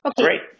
Great